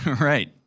right